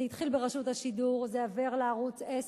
זה התחיל ברשות השידור, זה עבר לערוץ-10,